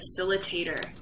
facilitator